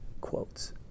quotes